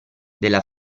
della